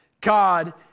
God